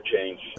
change